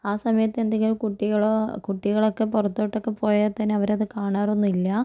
ആ സമയത്ത് എന്തെങ്കിലും കുട്ടികളോ കുട്ടികളൊക്കെ പുറത്തോട്ടൊക്കെ പോയാൽ തന്നെ അവർ അത് കാണാറൊന്നും ഇല്ല